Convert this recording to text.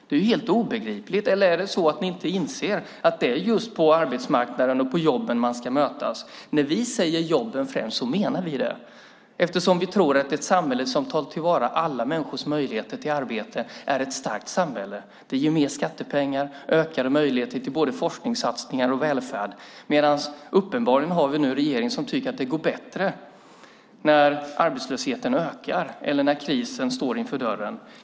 Det är helt obegripligt. Eller är det så att ni inte inser att det är just på arbetsmarknaden och jobben man ska mötas? När vi säger att jobben kommer främst menar vi det, eftersom vi tror att ett samhälle som tar till vara alla människors möjligheter till arbete är ett starkt samhälle. Det ger mer skattepengar och ökade möjligheter till både forskningssatsningar och välfärd. Uppenbarligen har vi nu en regering som tycker att det går bättre när arbetslösheten ökar eller när krisen står för dörren.